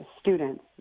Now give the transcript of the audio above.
students